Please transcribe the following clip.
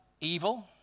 evil